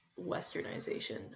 westernization